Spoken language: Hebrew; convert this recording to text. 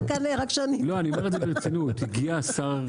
תדבר על הנושא, באמת.